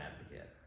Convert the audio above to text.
advocate